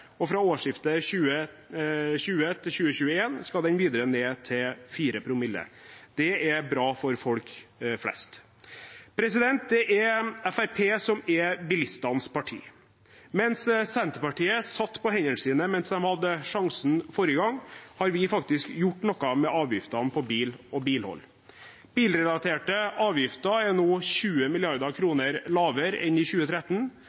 og fra årsskiftet 2020 til 2021 skal den videre ned til 4 promille. Det er bra for folk flest. Det er Fremskrittspartiet som er bilistenes parti. Mens Senterpartiet satt på hendene sine da de hadde sjansen forrige gang, har vi faktisk gjort noe med avgiftene på bil og bilhold. Bilrelaterte avgifter er nå 20 mrd. kr lavere enn i 2013.